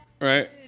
right